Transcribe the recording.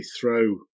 throw